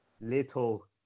little